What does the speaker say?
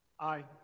Aye